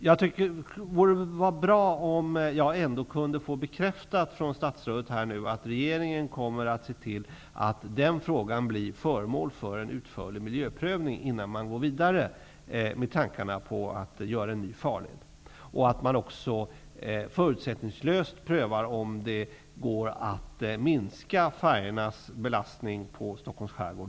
Det vore bra om jag kunde få bekräftat från statsrådet att regeringen kommer att se till att den frågan blir föremål för en utförlig miljöprövning innan man går vidare med tanken på en ny farled. Man bör också förutsättningslöst pröva om det går att minska färjetrafikens belastning på Stockholms skärgård.